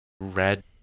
red